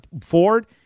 Ford